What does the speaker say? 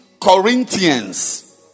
Corinthians